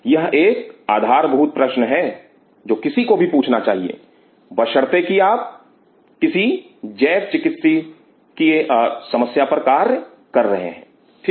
यह एक आधारभूत प्रश्न है जो किसी भी को पूछना चाहिए बशर्ते की यदि आप किसी जैव चिकित्सीय समस्या पर कार्य कर रहे हैं ठीक